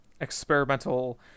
experimental